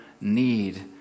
need